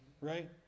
Right